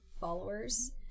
followers